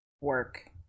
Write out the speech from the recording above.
work